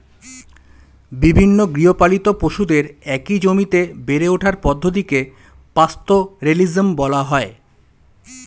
বিভিন্ন গৃহপালিত পশুদের একই জমিতে বেড়ে ওঠার পদ্ধতিকে পাস্তোরেলিজম বলা হয়